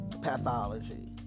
pathology